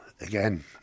again